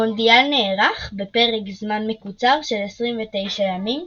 המונדיאל נערך בפרק זמן מקוצר של 29 ימים,